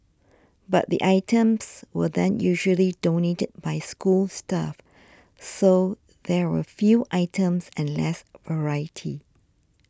but the items were then usually donated by school staff so there were few items and less variety